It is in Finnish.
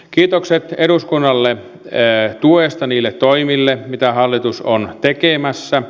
kiitokset eduskunnalle tuesta niille toimille mitä hallitus on tekemässä